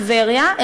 בטבריה,